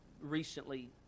recently